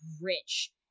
rich